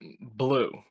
Blue